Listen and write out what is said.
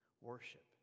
Worship